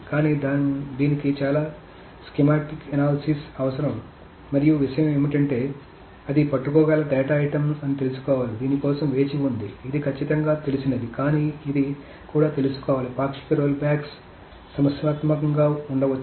కానీ దీనికి చాలా స్కీమాటిక్ ఎనాలిసిస్ అవసరం మరియు విషయం ఏమిటంటే అది పట్టుకోగల డేటా ఐటెమ్ అని తెలుసుకోవాలి దీని కోసం వేచి ఉంది ఇది ఖచ్చితంగా తెలిసినది కానీ ఇది కూడా తెలుసుకోవాలి పాక్షిక రోల్ బ్యాక్స్ సమస్యాత్మకంగా ఉండవచ్చు